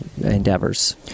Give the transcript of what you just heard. endeavors